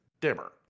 dimmer